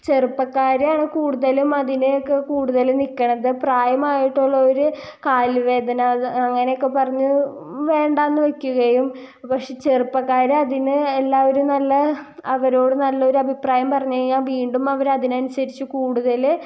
ചെറുപ്പക്കാരാണ് കൂടുതലും അതിനൊക്കെ കൂടുതലും നിക്കണത് പ്രായമായിട്ടുള്ളവർ കാല് വേദന അങ്ങനെ ഒക്കെ പറഞ്ഞ് വേണ്ട എന്ന് വയ്ക്കുകയും പക്ഷേ ചെറുപ്പക്കാർ അതിനെ എല്ലാവരും നല്ല അവരോട് നല്ല ഒരു അഭിപ്രായം പറഞ്ഞ് കഴിഞ്ഞാൽ വീണ്ടും അവർ അതിനനുസരിച്ച് കൂടുതൽ